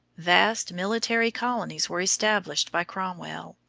vast military colonies were established by cromwell,